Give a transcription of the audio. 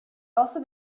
also